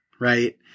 Right